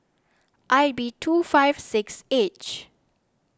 I B two five six H